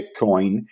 Bitcoin